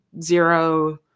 zero